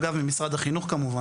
אגב,